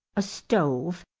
a stove,